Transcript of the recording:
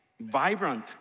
vibrant